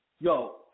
yo